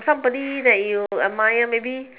somebody that you admire maybe